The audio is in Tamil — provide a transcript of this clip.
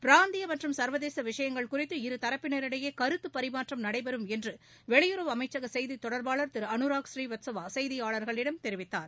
பிராந்திய மற்றும் சள்வதேச விஷயங்கள் குழித்து இருதரப்பிளரிடையே கருத்து பரிமாற்றம் நடைபெறும் என்று வெளியுறவு அமைச்சக செய்தி தொடர்பாளர் திரு அனுராக் செய்தியாளர்களிடம் தெரிவித்தார்